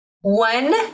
One